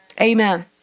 Amen